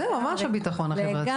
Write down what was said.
זה ממש הביטחון החברתי.